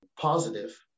positive